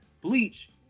Bleach